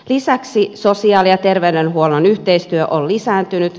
lisäksi sosiaali ja terveydenhuollon yhteistyö on lisääntynyt